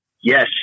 Yes